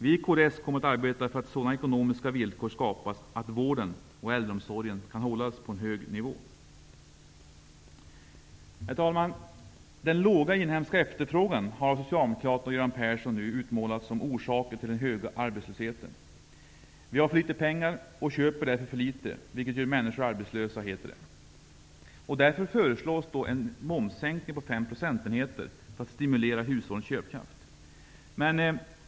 Vi i kds kommer att arbeta för att sådana ekonomiska villkor skapas att vården och äldreomsorgen kan hållas på en hög nivå. Herr talman! Den låga inhemska efterfrågan har av Socialdemokraterna och nu av Göran Persson utmålats som orsaken till den höga arbetslösheten. Vi har för litet pengar och köper därför för litet, vilket gör människor arbetslösa, heter det. Därför föreslås en momssänkning på 5 procentenheter för att öka hushållens köpkraft.